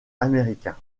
américain